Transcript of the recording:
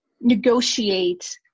negotiate